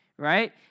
Right